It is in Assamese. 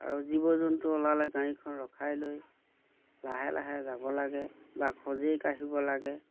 আৰু জীৱ জন্তু ওলালে গাড়ীখন ৰখাই লৈ লাহে লাহে যাব লাগে বা খোজেই কাঢ়িব লাগে